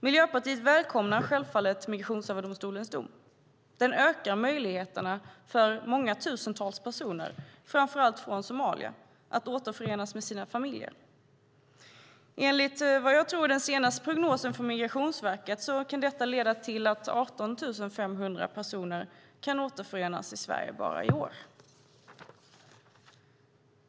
Miljöpartiet välkomnar självfallet Migrationsöverdomstolens dom. Den ökar möjligheterna för många tusentals personer, framför allt från Somalia, att återförenas med sina familjer. Enligt det som jag tror är den senaste prognosen från Migrationsverket kan detta leda till att 18 500 personer kan återförenas i Sverige bara i år.